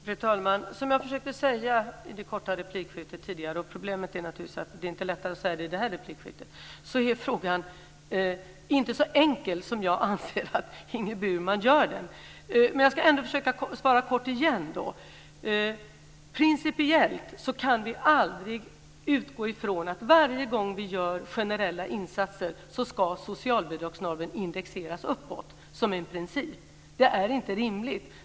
Fru talman! Som jag försökte säga i det korta replikskiftet - och problemet är naturligtvis att det inte är lättare att säga det i det här replikskiftet - är frågan inte så enkel som jag anser att Ingrid Burman gör den. Men jag ska försöka att svara kort igen. Principiellt kan vi aldrig utgå ifrån att varje gång vi gör generella insatser ska socialbidragsnormen indexeras uppåt som en princip. Det är inte rimligt.